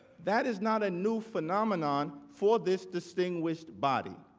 that is not a new phenomenon for this distinguished body.